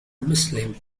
muslim